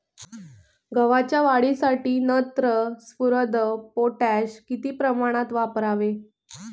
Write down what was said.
गव्हाच्या वाढीसाठी नत्र, स्फुरद, पोटॅश किती प्रमाणात वापरावे?